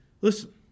listen